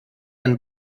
einen